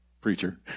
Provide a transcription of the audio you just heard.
preacher